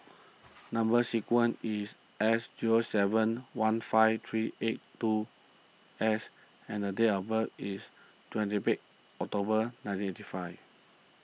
Number Sequence is S zero seven one five three eight two S and date of birth is twenty eighth October nineteen eighty five